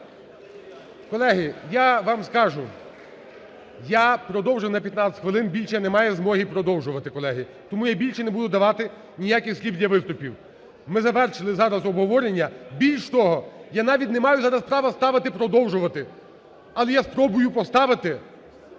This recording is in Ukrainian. Колеги, я вам скажу, я продовжу на 15 хвилин, більше не маю змоги продовжити, колеги. Тому я більше не буду давати ніяких слів для виступів. Ми завершили зараз обговорення. Більш того, я навіть не маю зараз права ставити продовжувати. Але я спробую поставити